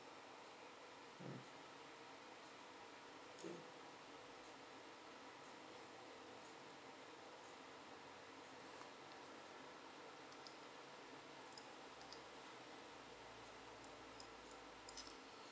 mm okay